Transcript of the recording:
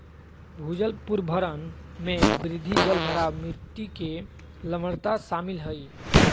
भूजल पुनर्भरण में वृद्धि, जलभराव, मिट्टी के लवणता शामिल हइ